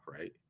right